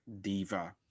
Diva